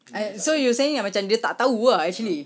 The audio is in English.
I mm so you're saying like dia tak tahu ah actually